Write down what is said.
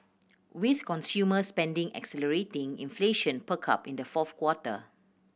with consumer spending accelerating inflation perked up in the fourth quarter